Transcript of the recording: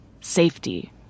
safety